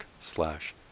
slash